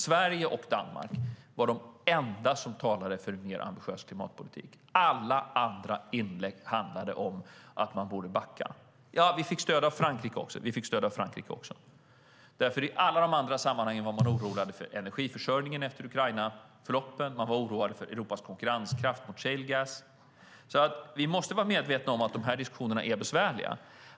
Sverige och Danmark var de enda som talade för en mer ambitiös klimatpolitik, och vi fick stöd av Frankrike. Alla andra inlägg handlade om att man borde backa. I alla de andra sammanhangen var man oroad för energiförsörjningen efter Ukrainafloppen, och man var oroad för Europas konkurrenskraft mot shale gas. Vi måste vara medvetna om att dessa diskussioner är besvärliga.